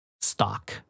stock